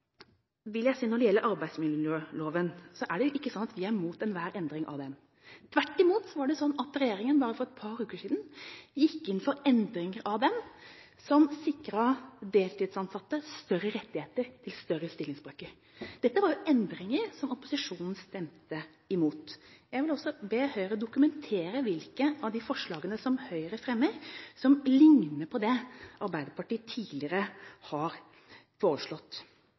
vil si at når det gjelder arbeidsmiljøloven, er det ikke sånn at vi er imot enhver endring av den. Tvert imot, for bare et par uker siden gikk regjeringen inn for endringer av den som sikret deltidsansatte større rettigheter i større stillingsbrøker. Dette var endringer som opposisjonen stemte imot. Jeg vil også be Høyre dokumentere hvilke av de forslagene som Høyre fremmer, som ligner på det Arbeiderpartiet tidligere har foreslått.